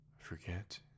forget